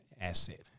asset